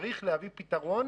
צריך להביא פתרון.